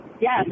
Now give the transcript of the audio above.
yes